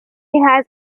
has